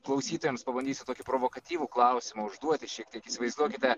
klausytojams pabandysiu tokį provokatyvų klausimą užduot ir šiek tiek įsivaizduokite